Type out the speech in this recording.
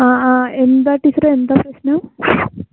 ആ ആ എന്താണ് ടീച്ചറെ എന്താ പ്രശ്നം